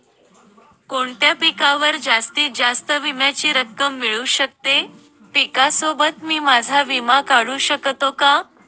कोणत्या पिकावर जास्तीत जास्त विम्याची रक्कम मिळू शकते? पिकासोबत मी माझा विमा काढू शकतो का?